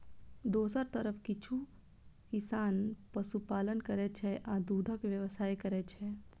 दोसर तरफ किछु किसान पशुपालन करै छै आ दूधक व्यवसाय करै छै